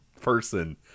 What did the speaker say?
person